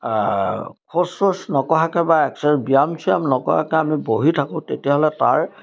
খোজ চোজ নকঢ়াকৈ বা এক্সৰে ব্যায়াম চিয়াম নকৰাকৈ আমি বহি থাকোঁ তেতিয়াহ'লে তাৰ